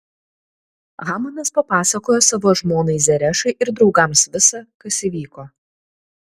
hamanas papasakojo savo žmonai zerešai ir draugams visa kas įvyko